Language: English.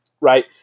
right